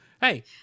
Hey